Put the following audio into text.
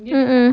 mm mm